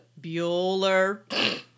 Bueller